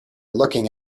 looking